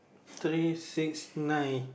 three six nine